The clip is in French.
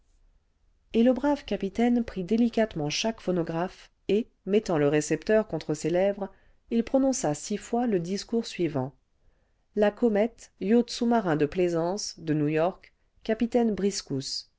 et le brave capitaine prit délicatement chaque phonographe et mettant leiécepteur contre seslèyres il prononça six fois le discours suivant ce la comète yacht sous-marin de plaisante de new-york capitaine briscous'se